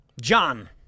John